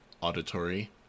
auditory